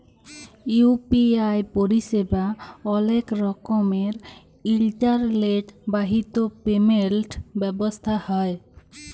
UPI পরিসেবা অলেক রকমের ইলটারলেট বাহিত পেমেল্ট ব্যবস্থা হ্যয়